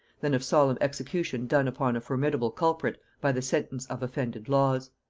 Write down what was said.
than of solemn execution done upon a formidable culprit by the sentence of offended laws.